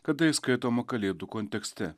kada ji skaitoma kalėdų kontekste